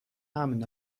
امن